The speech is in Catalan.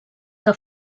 que